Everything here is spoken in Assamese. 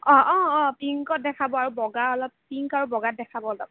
অঁ অঁ পিংকত দেখাব আৰু বগা অলপ পিংক আৰু বগাত দেখাব অলপ